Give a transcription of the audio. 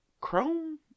chrome